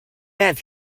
have